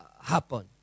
happen